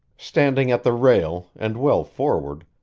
standing at the rail, and well forward,